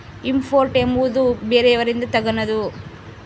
import ಎಂಬುವುದು ಬೇರೆಯವರಿಂದ ತಗನದು